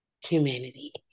humanity